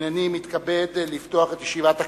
הנני מתכבד לפתוח את ישיבת הכנסת.